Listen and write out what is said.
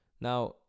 Now